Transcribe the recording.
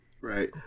Right